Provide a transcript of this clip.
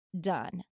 done